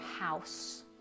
house